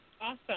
Awesome